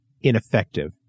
Ineffective